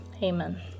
Amen